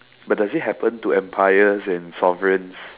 but that it happen to empires and sovereigns